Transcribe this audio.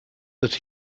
that